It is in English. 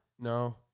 No